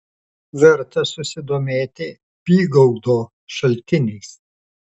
verta susidomėti bygaudo šaltiniais